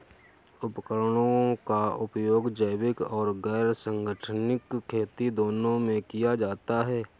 उपकरणों का उपयोग जैविक और गैर संगठनिक खेती दोनों में किया जाता है